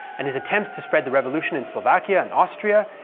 and his attempts to spread the revolution in slovakia and austria,